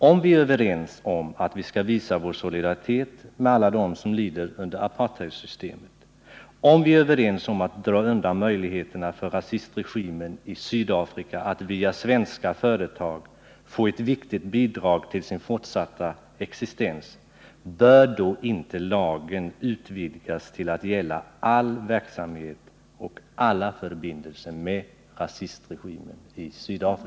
Om vi är överens om att vi skall visa vår solidaritet med alla dem som lider under apartheidsystemet, om vi är överens om att dra undan möjligheterna för rasistregimen i Sydafrika att via svenska företag få ett viktigt bidrag till dess fortsatta existens, bör då inte lagen utvidgas till att gälla all verksamhet i Sydafrika och alla förbindelser med rasistregimen där?